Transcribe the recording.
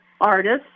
artists